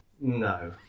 No